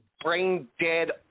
brain-dead